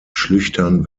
schlüchtern